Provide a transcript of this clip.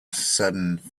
sudden